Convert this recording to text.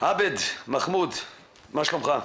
עבד מחאמיד, מה שלומך?